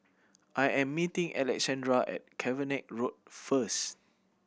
I am meeting Alexandria at Cavenagh Road first